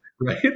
right